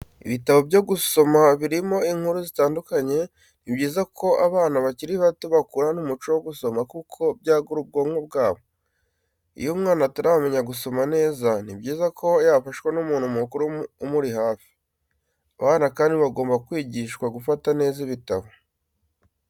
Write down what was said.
Ibitabo byo gusoma birimo inkuru zitandukanye, ni byiza ko abana bakiri bato bakurana umuco wo gusoma kuko byagura ubwonko bwabo. Iyo umwana ataramenya gusoma neza ni byiza ko yafashwa n'umuntu mukuru umuri hafi. Abana kandi bagomba kwigishwa gufata neza ibitabo.